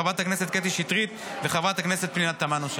חברת הכנסת קטי שטרית וחברת הכנסת פנינה תמנו.